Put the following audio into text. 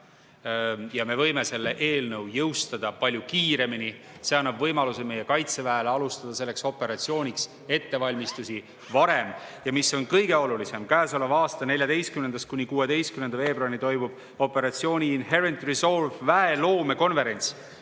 ja me võime selle eelnõu jõustada palju kiiremini. See annab võimaluse meie Kaitseväel alustada varem selleks operatsiooniks ettevalmistusi. Ja mis on kõige olulisem: käesoleva aasta 14.–16. veebruaril toimub operatsiooni Inherent Resolve väeloome konverents,